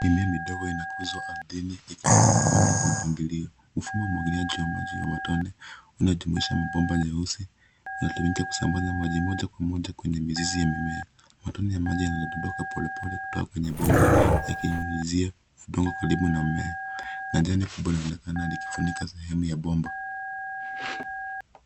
Mimea midogo inakuzwa ardhini ikiwa imepandwa kwa mpangilio. Mfumo wa umwagiliaji wa matone unaojumuisha mabomba meusi, inatumika kusambaza maji moja kwa moja kwenye mizizi ya mimea. Matone ya maji yanadondoka polepole kutoka kwenye bomba, yakinyunyizia udongo karibu na mmea na jani kubwa laonekana likifunika sehemu ya bomba.